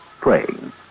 praying